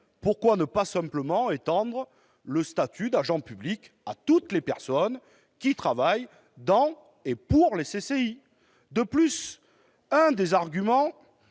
Pourquoi alors ne pas simplement étendre le statut d'agent public à toutes les personnes qui travaillent dans et pour les CCI ? Un autre argument-